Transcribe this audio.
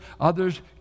Others